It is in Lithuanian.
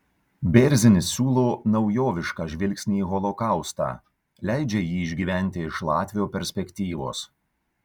bėrzinis siūlo naujovišką žvilgsnį į holokaustą leidžia jį išgyventi iš latvio perspektyvos